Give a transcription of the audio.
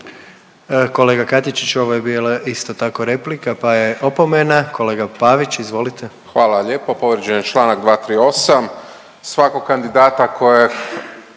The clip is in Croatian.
Kolega Katičić ovo je bila isto tako replika pa je opomena. Kolega Pavić izvolite. **Pavić, Marko (HDZ)** Hvala lijepo. Povrijeđen je čl. 238. Svakog kandidata koje